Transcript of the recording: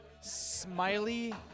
smiley